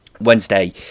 Wednesday